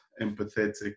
empathetic